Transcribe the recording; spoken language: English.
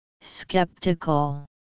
Skeptical